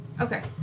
Okay